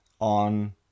on